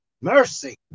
Mercy